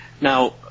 Now